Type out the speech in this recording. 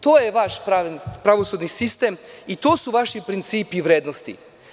To je vaš pravosudni sistem, i to su vaši principi i vrednosti.